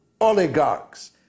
oligarchs